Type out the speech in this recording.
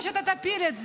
או שאתה תפיל את זה,